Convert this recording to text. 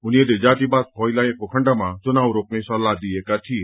उनीहरूले जातिवाद फैलाएको खण्डमा चुनाव रोकने सल्लाह दिएका थिए